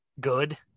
good